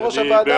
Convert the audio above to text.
מי?